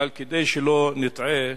אבל כדי שלא נטעה,